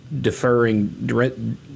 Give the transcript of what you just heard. deferring